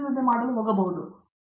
ಪ್ರತಾಪ್ ಹರಿಡೋಸ್ ಸರಿ